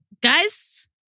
Guys